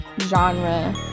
genre